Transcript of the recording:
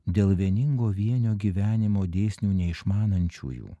dėl vieningo vienio gyvenimo dėsnių neišmanančiųjų